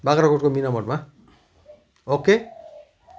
बाग्राकोटको मिना मोडमा ओके